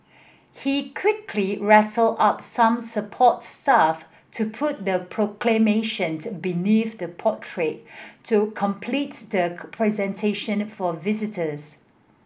he quickly rustled up some support staff to put the Proclamation beneath the portrait to completes the presentation for visitors